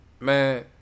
Man